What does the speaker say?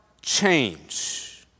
change